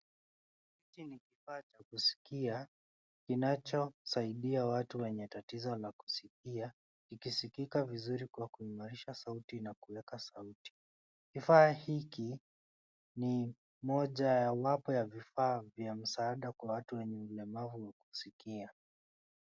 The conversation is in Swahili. Hiki ni kifaa cha kuskia kinachosaidia watu wenye tatizo la kuskia ikisikika vizuri kwa kuimarisha sauti na kuweka sauti. Kifaa hiki ni mojawapo ya vifaa vya msaada kwa watu wenye ulemavu wa kusikia.